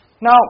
Now